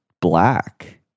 black